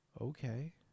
Okay